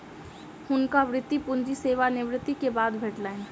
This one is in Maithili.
हुनका वृति पूंजी सेवा निवृति के बाद भेटलैन